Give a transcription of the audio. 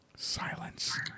Silence